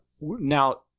now